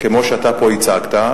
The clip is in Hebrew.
כפי שאתה כאן הצגת,